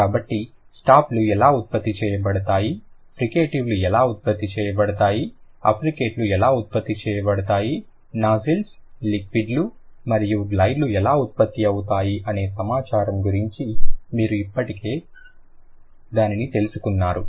కాబట్టి స్టాప్లు ఎలా ఉత్పత్తి చేయబడతాయి ఫ్రికేటివ్ లు ఎలా ఉత్పత్తి చేయబడతాయి అఫ్రికేట్ లు ఎలా ఉత్పత్తి చేయబడతాయి నాసిల్స్ లిక్విడ్లు మరియు గ్లైడ్ లు ఎలా ఉత్పత్తి అవుతాయి అనే సమాచారం గురించి మీరు ఇప్పటికే దానిని తెలుసుకున్నారు